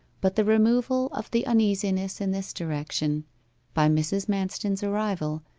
but the removal of the uneasiness in this direction by mrs. manston's arrival,